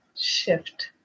shift